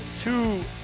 two